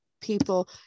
people